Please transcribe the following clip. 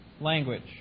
language